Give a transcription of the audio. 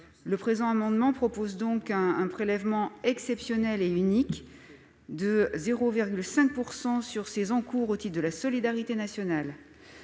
Le présent amendement vise à mettre en place un prélèvement exceptionnel et unique de 0,5 % sur ces encours au titre de la solidarité nationale.